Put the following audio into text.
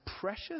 precious